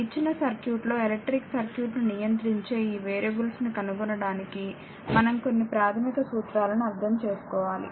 ఇచ్చిన సర్క్యూట్లో ఎలక్ట్రిక్ సర్క్యూట్ను నియంత్రించే ఈ వేరియబుల్స్ ను కనుగొనడానికి మనం కొన్ని ప్రాథమిక సూత్రాలను అర్థం చేసుకోవాలి